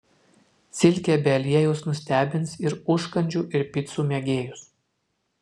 silkė be aliejaus nustebins ir užkandžių ir picų mėgėjus